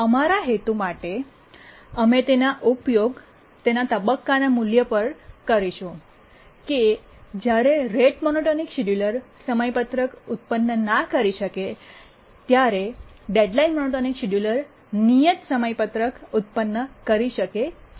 અમારા હેતુ માટે અમે તેનો ઉપયોગ તેના તબક્કાના મૂલ્ય પર કરીશું કે જ્યારે રેટ મોનોટોનિક શિડ્યુલર સમયપત્રક ઉત્પન્ન ના કરી શકે ત્યારે ડેડલાઇન મોનોટોનિક શિડ્યુલર નિયત સમયપત્રક ઉત્પન્ન કરી શકે છે